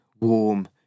warm